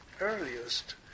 earliest